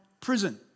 prison